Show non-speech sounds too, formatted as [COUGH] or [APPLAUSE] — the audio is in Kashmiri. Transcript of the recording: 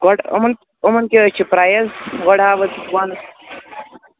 گۄڈٕ یِمَن یِمَن کیٛاہ حظ چھِ پرٛایز گۄڈٕ ہاو حظ [UNINTELLIGIBLE]